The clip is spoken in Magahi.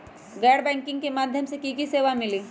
गैर बैंकिंग के माध्यम से की की सेवा मिली?